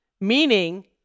meaning